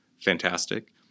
fantastic